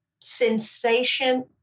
sensation